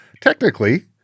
Technically